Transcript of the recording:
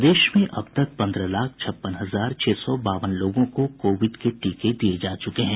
प्रदेश में अब तक पन्द्रह लाख छप्पन हजार छह सौ बावन लोगों को कोविड के टीके दिये जा चुके हैं